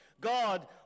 God